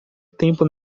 tempo